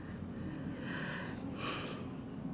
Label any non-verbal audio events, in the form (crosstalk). (breath)